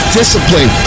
discipline